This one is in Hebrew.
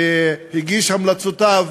והגיש את המלצותיו,